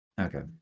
Okay